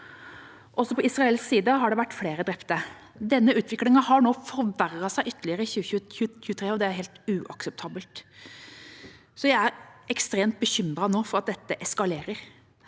på israelsk side har det vært flere drepte. Denne utviklingen har forverret seg ytterligere nå i 2023, og det er helt uakseptabelt. Jeg er ekstremt bekymret for at dette skal